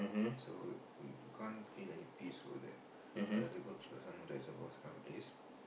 so you can't feel any peace over there I rather go to some reservoir this kind of place